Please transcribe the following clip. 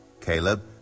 Caleb